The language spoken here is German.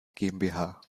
gmbh